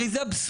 הרי זה אבסורד.